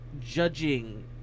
judging